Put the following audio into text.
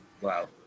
Wow